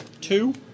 Two